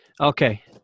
Okay